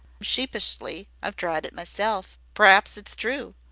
sheepishly, i've tried it myself p'raps it's true.